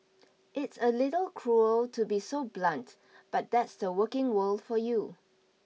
it's a little cruel to be so blunt but that's the working world for you